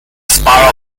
spiral